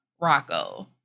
Rocco